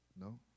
No